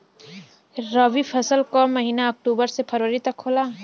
रवी फसल क महिना अक्टूबर से फरवरी तक होला